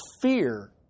fear